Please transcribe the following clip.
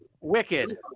Wicked